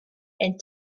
and